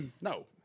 No